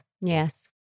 Yes